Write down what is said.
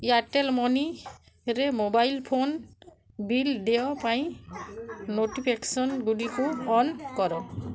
Airtel ମନିରେ mobile phone bill ଦେୟ ପାଇଁ ନୋଟିଫିକେସନ୍ ଗୁଡ଼ିକୁ ଅନ୍ କର